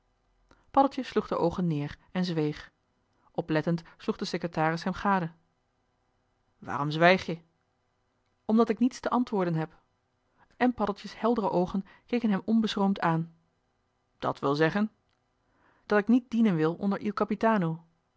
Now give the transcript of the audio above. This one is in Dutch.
sloeg de oogen neer en zweeg oplettend sloeg de secretaris hem gade waarom zwijg je omdat ik niets te antwoorden heb en paddeltje's heldere oogen keken hem onbeschroomd aan dat wil zeggen dat ik niet dienen wil onder il capitano